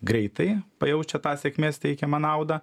greitai pajaučia tą sėkmės teikiamą naudą